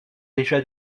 déjà